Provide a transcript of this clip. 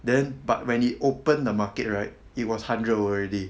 then but when it open the market right it was hundred already